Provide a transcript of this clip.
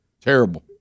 Terrible